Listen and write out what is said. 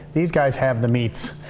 these guys have the meat.